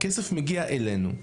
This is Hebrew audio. הכסף מגיע אלינו,